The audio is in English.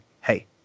Hey